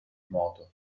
moto